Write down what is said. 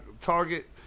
Target